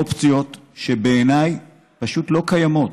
אופציות שבעיניי פשוט לא קיימות,